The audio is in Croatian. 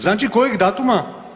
Znači kojeg datuma?